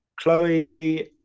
Chloe